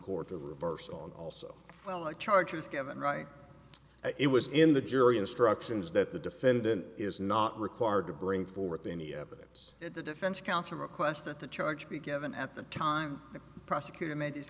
court to reverse on also well the charges given right it was in the jury instructions that the defendant is not required to bring forth any evidence that the defense counsel requests that the charge be given at the time the prosecutor made these